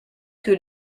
que